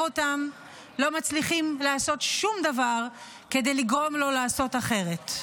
אותם לא מצליחים לעשות שום דבר כדי לגרום לו לעשות אחרת.